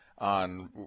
on